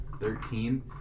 Thirteen